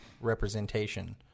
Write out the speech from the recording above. representation